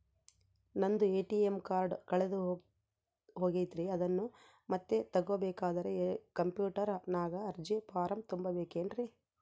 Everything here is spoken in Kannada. ನಂದು ಎ.ಟಿ.ಎಂ ಕಾರ್ಡ್ ಕಳೆದು ಹೋಗೈತ್ರಿ ಅದನ್ನು ಮತ್ತೆ ತಗೋಬೇಕಾದರೆ ಕಂಪ್ಯೂಟರ್ ನಾಗ ಅರ್ಜಿ ಫಾರಂ ತುಂಬಬೇಕನ್ರಿ?